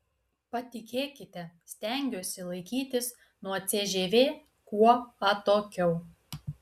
patikėkite stengiuosi laikytis nuo cžv kuo atokiau